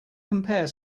compare